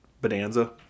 Bonanza